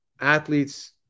athletes